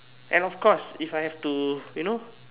and of course if I have to you know